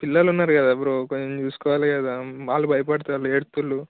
పిల్లలు ఉన్నారు కదా బ్రో కొంచెం చూసుకోవాలి కదా వాళ్ళు భయపడుతున్నారు ఏడుస్తున్నారు